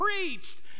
preached